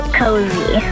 cozy